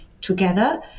together